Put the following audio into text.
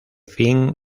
fin